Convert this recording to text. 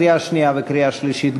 לקריאה שנייה וקריאה שלישית.